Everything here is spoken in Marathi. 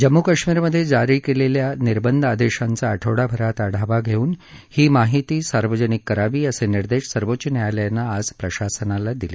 जम्मू कश्मीरमध्ये जारी केलेल्या निर्बंध आदेशांचा आठवडाभरात आढावा घेऊन ही माहिती सार्वजनिक करावी असे निर्देश सर्वोच्च न्यायालयानं आज प्रशासनाला दिले